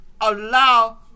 allow